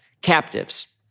captives